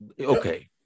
Okay